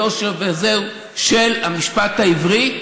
היושר של המשפט העברי,